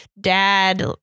dad